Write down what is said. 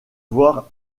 voir